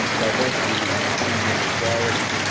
diversity, inclusion, equality.